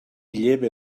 lleva